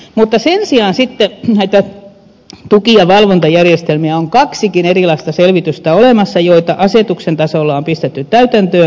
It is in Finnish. mutta sen sijaan näistä tuki ja valvontajärjestelmistä on kaksikin erilaista selvitystä olemassa joita asetuksen tasolla on pistetty täytäntöön